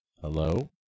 Hello